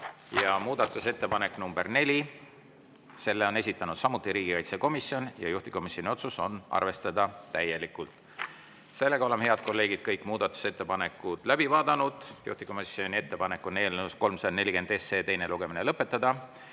Ja muudatusettepanek nr 4, selle on esitanud samuti riigikaitsekomisjon ja juhtivkomisjoni otsus on arvestada täielikult. Head kolleegid, oleme kõik muudatusettepanekud läbi vaadanud. Juhtivkomisjoni ettepanek on eelnõu 340 teine lugemine lõpetada.